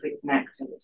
connected